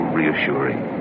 reassuring